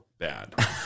Bad